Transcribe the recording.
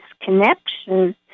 connection